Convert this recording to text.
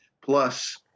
plus